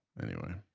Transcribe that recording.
anyway.